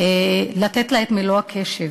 לתת את מלוא הקשב.